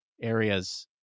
areas